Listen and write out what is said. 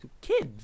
kids